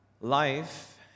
Life